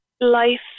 life